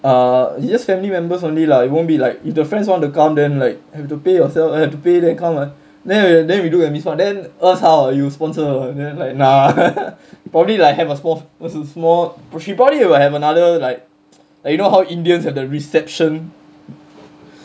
err is just family members only lah it won't be like if the friends want to come then like have to pay yourself uh have to pay them come ah then we then we look at miss mak then us how you sponsor ah then like nah probably like have a small what's a small she probably will have another like like you know how indians have the reception